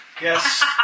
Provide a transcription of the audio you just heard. Yes